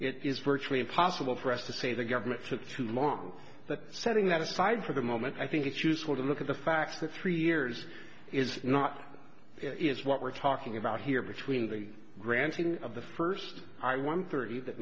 it is virtually impossible for us to say the government took too long but setting that aside for the moment i think it's useful to look at the fact that three years is not is what we're talking about here between the granting of the first high one thirty that